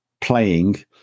playing